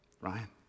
Ryan